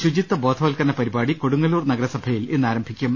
ശുചിത്വ ബോധവത്കരണ പരിപാടി കൊടുങ്ങല്ലൂർ നഗരസഭയിൽ ഇന്ന് ആരംഭി ക്കും